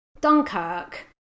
Dunkirk